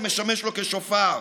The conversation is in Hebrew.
שמשמש לו כשופר,